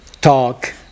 talk